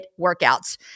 workouts